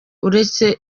uretse